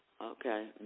Okay